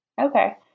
okay